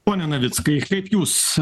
pone navickai kaip jūs